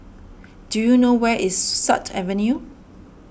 do you know where is Sut Avenue